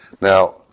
Now